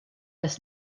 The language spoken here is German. das